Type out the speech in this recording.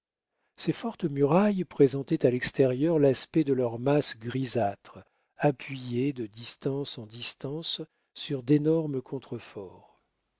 ces fortes murailles présentaient à l'extérieur l'aspect de leurs masses grisâtres appuyées de distance en distance sur d'énormes contreforts